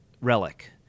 relic